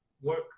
work